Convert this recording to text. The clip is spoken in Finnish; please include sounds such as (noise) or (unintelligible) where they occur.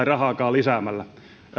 (unintelligible) rahaakaan lisäämällä